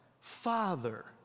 Father